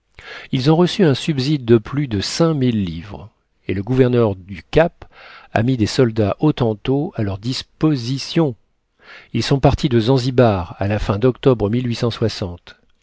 ils ont reçu un subside de plus de cinq mille livres et le gouverneur du cap a mis des soldats hottentots à leur dispo sition ils sont partis de zanzibar à la fin d'octobre